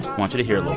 want you to hear like